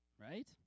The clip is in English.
right